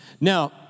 Now